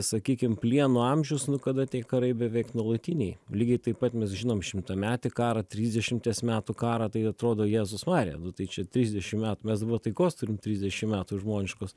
sakykim plieno amžius nu kada tie karai beveik nuolatiniai lygiai taip pat mes žinom šimtametį karą trisdešimties metų karą tai atrodo jėzus marija tai čia trisdešim metų mes dabar taikos turim trisdešim metų žmoniškus